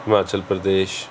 Himachal Pradesh